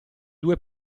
due